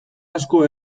asko